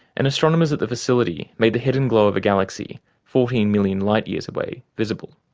and astronomers at the facility made the hidden glow of a galaxy fourteen million light years away visible.